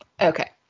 Okay